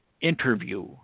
interview